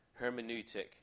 hermeneutic